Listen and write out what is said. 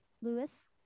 Lewis